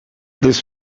this